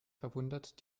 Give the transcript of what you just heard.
verwundert